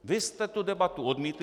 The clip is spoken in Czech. Vy jste tu debatu odmítli.